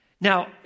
Now